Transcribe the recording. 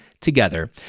together